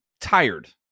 tired